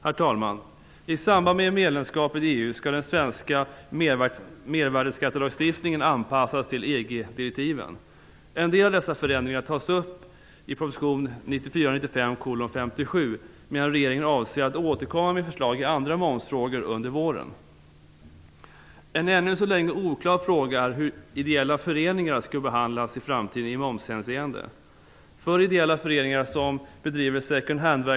Herr talman! I samband med medlemskapet i EU skall den svenska mervärdesskattelagstiftningen anpassas till EG-direktiven. En del av dessa förändringar tas upp i proposition 1994/95:57, medan regeringen avser att återkomma med förslag i andra momsfrågor under våren. En ännu så länge oklar fråga är hur ideella föreningar som bedriver second hand-verksamhet, loppmarknader osv skall behandlas i momshänseende.